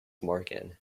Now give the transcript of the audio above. morgan